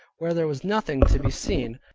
where there was nothing to be seen,